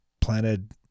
planted